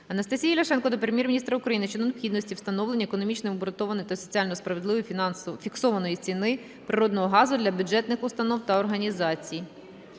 Анастасії Ляшенко до Прем'єр-міністра України щодо необхідності встановлення економічно обґрунтованої та соціально справедливої фіксованої ціни природного газу для бюджетних установ та організацій.